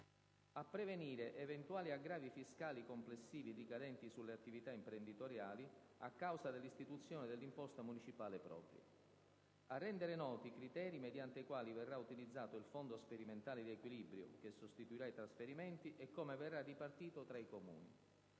a prevenire eventuali aggravi fiscali complessivi ricadenti sulle attività imprenditoriali a causa dell'istituzione dell'imposta municipale propria; a rendere noti i criteri mediante i quali verrà utilizzato il Fondo sperimentale di equilibrio (che sostituirà i trasferimenti) e come verrà ripartito tra i Comuni;